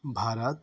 Bharat